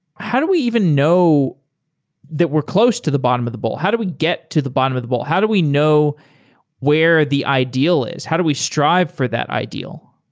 how do we even know that we're close to the bottom of the bowl? how do we get to the bottom of the bowl? how do we know where the ideal is? how do we strive for that ideal?